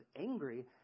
angry